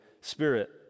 Spirit